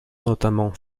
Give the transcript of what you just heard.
notamment